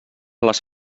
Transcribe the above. les